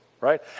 right